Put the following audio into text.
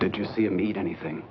did you see him eat anything